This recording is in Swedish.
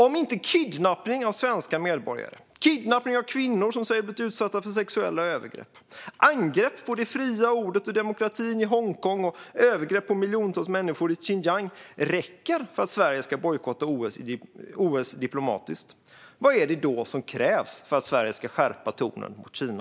Om inte kidnappning av svenska medborgare, kidnappning av kvinnor som säger sig ha blivit utsatta för sexuella övergrepp, angrepp på det fria ordet och demokratin i Hongkong och övergrepp på miljontals människor i Xinjiang räcker för att Sverige ska bojkotta OS diplomatiskt, vad är det då som krävs för att Sverige ska skärpa tonen mot Kina?